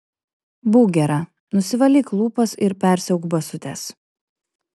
būk gera nusivalyk lūpas ir persiauk basutes